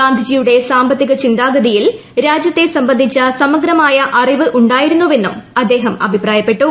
ഗാന്ധിജിയുടെ സാമ്പത്തിക ചിന്താഗതിയിൽ രാജ്യത്തെ സംബന്ധിച്ച സമഗ്രമായ അറിവ് ഉണ്ടായിരുന്നെന്നും അദ്ദേഹം അഭിപ്രായപ്പെട്ടു